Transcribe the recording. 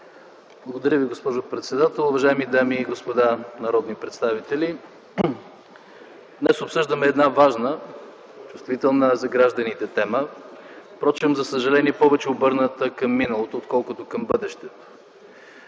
Благодаря Ви, госпожо председател. Уважаеми дами и господа народни представители, днес обсъждаме една важна, чувствителна за гражданите тема, впрочем за съжаление повече обърната към миналото, отколкото към бъдещето.